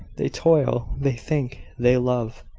they toil, they think, they love,